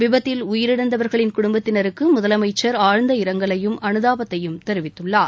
விபத்தில் உயிரிழந்தவர்களின் குடும்பத்தினருக்கு முதலமைச்சர் ஆழ்ந்த இரங்கலையும் அனுதாபத்தையும் தெரிவித்துள்ளார்